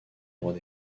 droits